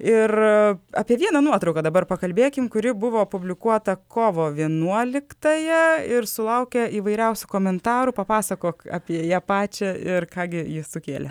ir apie vieną nuotrauką dabar pakalbėkim kuri buvo publikuota kovo vienuoliktąją ir sulaukia įvairiausių komentarų papasakok apie ją pačią ir ką gi ji sukėlė